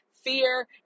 fear